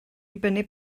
dibynnu